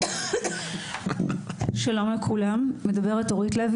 האם אתם מתכוונים לזה?